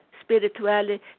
spirituality